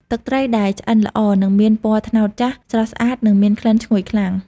ទឹកត្រីដែលឆ្អិនល្អនឹងមាន ពណ៌ត្នោតចាស់ ស្រស់ស្អាតនិងមានក្លិនឈ្ងុយខ្លាំង។